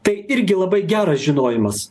tai irgi labai geras žinojimas